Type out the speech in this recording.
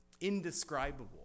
indescribable